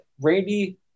Randy